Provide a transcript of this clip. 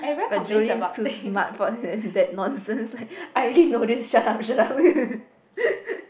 but Julie is too smart for that that nonsense I already know this shut up shut up